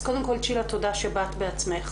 אז קודם כל צ'ילה תודה שבאת בעצמך.